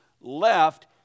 left